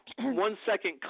one-second